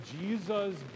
Jesus